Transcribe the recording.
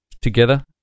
together